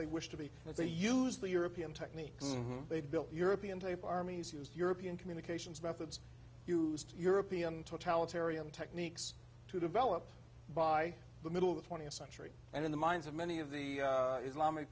they wish to be if they use the european techniques they built european type armies used european communications methods used european totalitarian techniques to develop by the middle of the twentieth century and in the minds of many of the islamic